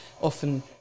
often